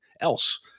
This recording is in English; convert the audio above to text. else